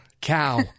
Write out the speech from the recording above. cow